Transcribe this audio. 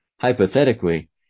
Hypothetically